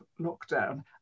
lockdown